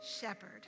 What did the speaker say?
shepherd